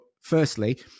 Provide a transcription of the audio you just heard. firstly